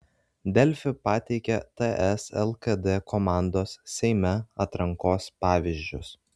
delfi pateikia ts lkd komandos seime atrankos pavyzdžius